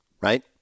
right